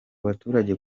baturage